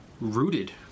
rooted